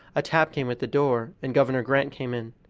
a tap came at the door, and governor grant came in.